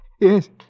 Yes